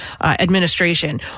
Administration